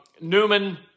Newman